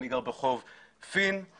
אני גר ברחוב פיין,